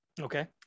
okay